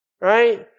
right